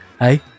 hey